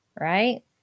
Right